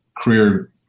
career